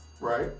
Right